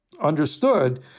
understood